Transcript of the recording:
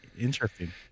Interesting